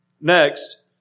Next